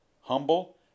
humble